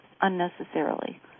unnecessarily